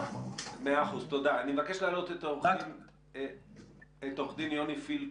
אני מבקש להעלות את עורך דין יוני פילק,